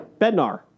Bednar